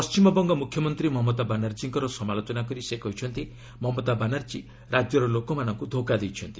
ପଣ୍ଟିମବଙ୍ଗ ମୁଖ୍ୟମନ୍ତ୍ରୀ ମମତା ବାନାର୍ଜୀଙ୍କର ସମାଲୋଚନା କରି ସେ କହିଛନ୍ତି ମମତା ବାନାର୍ଜୀ ରାଜ୍ୟର ଲୋକମାନଙ୍କୁ ଧୋକା ଦେଇଛନ୍ତି